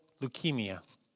leukemia